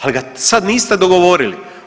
Ali ga sad niste dogovorili.